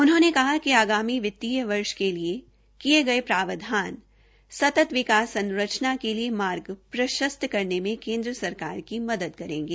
उन्होंने कहा कि आगामी वित्तीय वर्ष के लिए किये गये प्रावधान सतत विकास संरचना के लिए मार्ग प्रशस्त करने में केन्द्र सरकार की मदद करेंगे